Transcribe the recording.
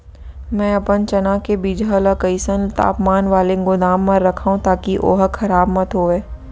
मैं अपन चना के बीजहा ल कइसन तापमान वाले गोदाम म रखव ताकि ओहा खराब मत होवय?